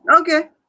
Okay